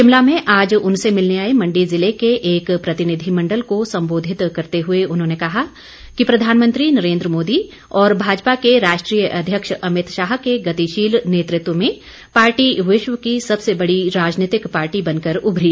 शिमला में आज उनसे मिलने आए मंडी ज़िले के एक प्रतिनिधिमंडल को संबोधित करते हुए उन्होंने कहा कि प्रधानमंत्री नरेन्द्र मोदी और भाजपा के राष्ट्रीय अध्यक्ष अमित शाह के गतिशील नेतृत्व में पार्टी विश्व की सबसे बड़ी राजनीतिक पार्टी बनकर उभरी है